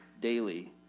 daily